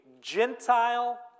Gentile